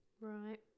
Right